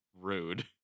rude